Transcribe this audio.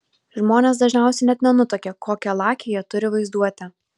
žmonės dažniausiai net nenutuokia kokią lakią jie turi vaizduotę